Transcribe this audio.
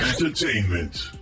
Entertainment